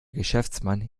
geschäftsmann